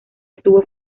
estuvo